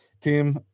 team